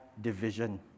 division